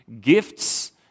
gifts